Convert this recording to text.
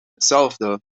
hetzelfde